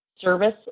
service